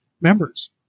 members